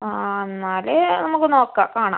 ആ എന്നാൽ നമ്മൾക്ക് നോക്കാം കാണാം